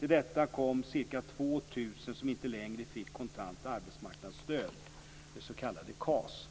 Till detta kom ca 2 000 som inte längre fick kontant arbetsmarknadsstöd, det s.k. KAS.